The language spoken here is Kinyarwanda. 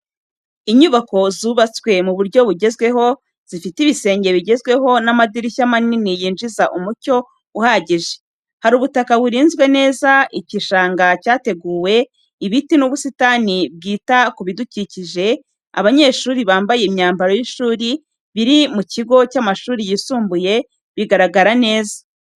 Inyubako zubatswe mu buryo bugezweho zifite ibisenge bigezweho n’amadirishya manini yinjiza umucyo uhagije. Hari ubutaka burinzwe neza, igishanga cyateguwe, ibiti n’ubusitani bwita ku bidukikije. Abanyeshuri bambaye imyambaro y’ishuri biri ku kigo cy’amashuri yisumbuye, bigaragara neza.